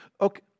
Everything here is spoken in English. Okay